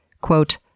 quote